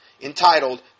entitled